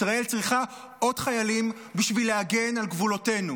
ישראל צריכה עוד חיילים בשביל להגן על גבולותינו,